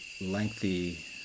lengthy